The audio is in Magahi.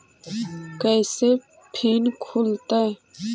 कैसे फिन खुल तय?